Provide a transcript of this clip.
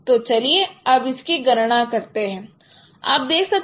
तो चलिए अब इसकी गणना करते हैं